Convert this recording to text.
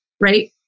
right